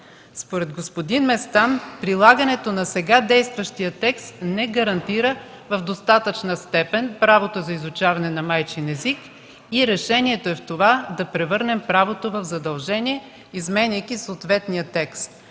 Според господин Местан прилагането на сега действащия текст не гарантира в достатъчна степен правото за изучаване на майчиния език и решението е в това да превърнем правото в задължение, изменяйки съответния текст.